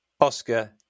Oscar